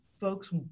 Folks